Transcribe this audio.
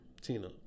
Tina